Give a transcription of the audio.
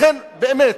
לכן, באמת,